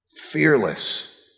Fearless